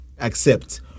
accept